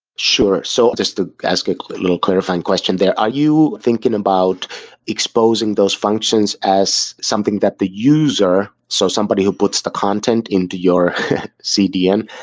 sure. so just to ask a little clarifying question there, are you thinking about exposing those functions as something that the user, so somebody who puts the content into your cdn,